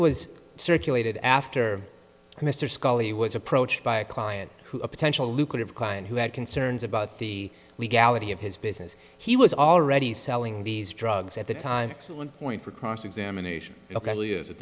was circulated after mr scully was approached by a client who a potential lucrative client who had concerns about the legality of his business he was already selling these drugs at the time one point for cross examination kelley is it